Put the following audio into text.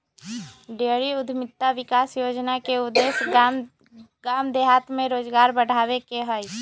dairy उद्यमिता विकास योजना के उद्देश्य गाम देहात में रोजगार बढ़ाबे के हइ